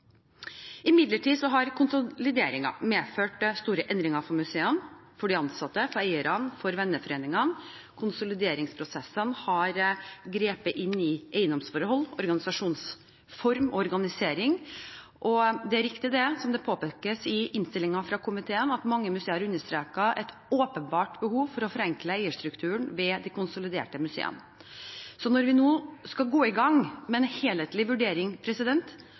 Imidlertid har konsolideringene medført store endringer for museene, de ansatte, eierne og venneforeningene. Konsolideringsprosessene har grepet inn i eiendomsforhold, organisasjonsform og organisering. Og det er riktig, slik det påpekes i innstillingen fra komiteen, at mange museer har understreket et åpenbart behov for å forenkle eierstrukturen ved de konsoliderte museene. Når vi nå skal gå i gang med en helhetlig vurdering